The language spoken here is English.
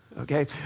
Okay